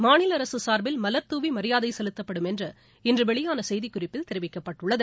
மாநில அரசு சார்பில் மவர் தூவி மரியாதை செலுத்தப்படும் என்று இன்று வெளியான செய்திக் குறிப்பில் தெரிவிக்கப்பட்டுள்ளது